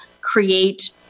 create